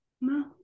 No